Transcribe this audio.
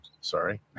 sorry